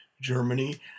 Germany